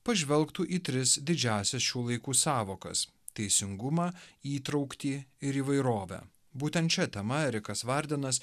pažvelgtų į tris didžiąsias šių laikų sąvokas teisingumą įtraukti ir įvairovę būtent šia tema erikas vardenas